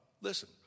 listen